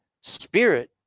spirit